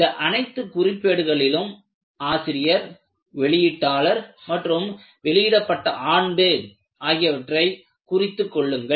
இந்த அனைத்து குறிப்பேடுகளிலும் ஆசிரியர் வெளியீட்டாளர் மற்றும் வெளியிடப்பட்ட ஆண்டு ஆகியவற்றை குறித்துக் கொள்ளுங்கள்